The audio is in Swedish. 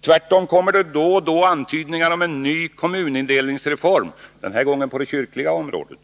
Tvärtom kommer det då och då antydningar om en ny kommunindelningsreform — denna gång på det kyrkliga området.